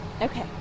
Okay